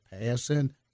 passing